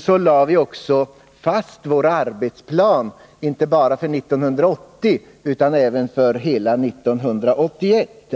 som vi nu behandlar här — lade vi också fast vår arbetsplan inte bara för 1980 utan även för hela 1981.